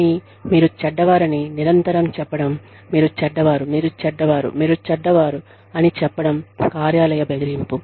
కానీ మీరు చెడ్డవారని నిరంతరం చెప్పడం మీరు చెడ్డవారు మీరు చెడ్డవారు మీరు చెడ్డవారు మీరు చెడ్డవారు అని చెప్పడంకార్యాలయ బెదిరింపు